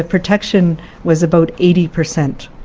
ah protection was about eighty per cent.